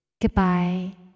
Goodbye